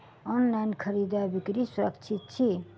online खरीदै बिक्री सुरक्षित छी